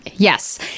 Yes